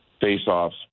face-offs